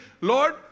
Lord